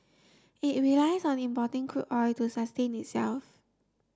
it relies on importing crude oil to sustain itself